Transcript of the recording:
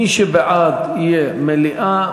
מי שבעד יהיה בעד מליאה.